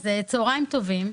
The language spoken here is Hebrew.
צוהריים טובים.